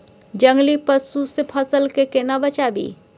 जंगली पसु से फसल के केना बचावी?